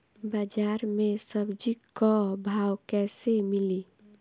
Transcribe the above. बाजार मे सब्जी क भाव कैसे मिली?